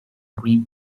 green